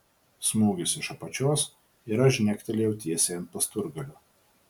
smūgis iš apačios ir aš žnektelėjau tiesiai ant pasturgalio